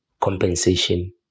compensation